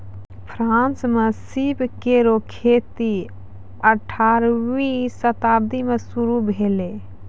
France म सीप केरो खेती अठारहवीं शताब्दी में शुरू भेलै